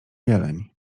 jeleń